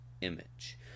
image